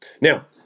Now